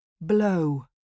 Blow